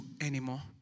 anymore